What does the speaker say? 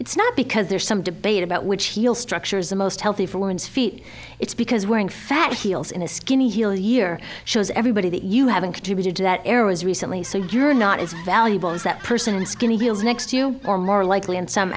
it's not because there's some debate about which he'll structures the most healthy for women's feet it's because wearing fat heels in a skinny heel year shows everybody that you haven't contributed to that era's recently so you're not as valuable as that person and skinny heels next to you or more likely in some